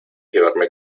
llevarme